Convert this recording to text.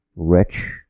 rich